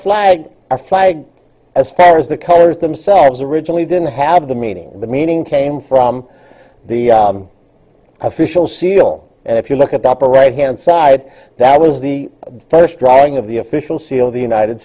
our flag as far as the colors themselves originally didn't have the meaning the meaning came from the official seal and if you look at the upper right hand side that was the first drawing of the official seal of the united